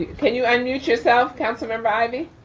can you unmute yourself, council member ivey.